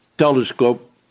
Telescope